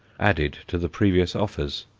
added to the previous offers.